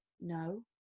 no